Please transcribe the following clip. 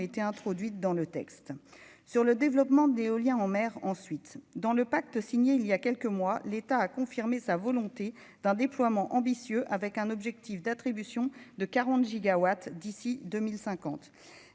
été introduites dans le texte sur le développement d'éolien en mer ensuite dans le pacte signé il y a quelques mois, l'État a confirmé sa volonté d'un déploiement ambitieux avec un objectif d'attribution de 40 gigawatts d'ici 2050,